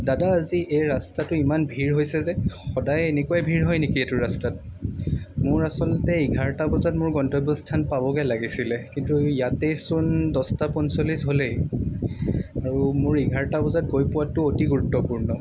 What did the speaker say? দাদা আজি এই ৰাস্তাটো ইমান ভিৰ হৈছে যে সদায় এনেকুৱাই ভিৰ হয় নেকি এইটো ৰাস্তাত মোৰ আচলতে এঘাৰটা বজাত মোৰ গন্তব্যস্থান পাবগৈ লাগিছিলে কিন্তু ইয়াতেইচোন দছটা পঞ্চল্লিছ হ'লেই আৰু মোৰ এঘাৰটা বজাত গৈ পোৱাটো অতি গুৰুত্বপূৰ্ণ